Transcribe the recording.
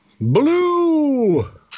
Blue